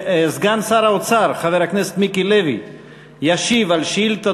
סגן שר האוצר חבר הכנסת מיקי לוי ישיב על שאילתה